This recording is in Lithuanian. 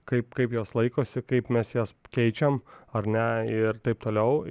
kaip kaip jos laikosi kaip mes jas keičiam ar ne ir taip toliau